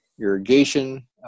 irrigation